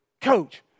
coach